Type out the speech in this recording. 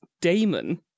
Damon